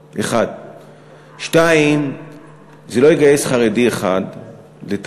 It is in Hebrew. זה, 1. 2. זה לא יגייס חרדי אחד לטעמי,